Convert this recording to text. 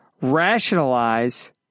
rationalize